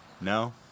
no